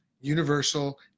universal